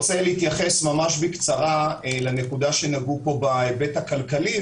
להתייחס ממש בקצרה להיבט הכלכלי.